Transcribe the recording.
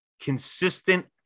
consistent